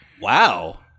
Wow